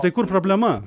tai kur problema